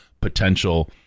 potential